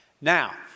Now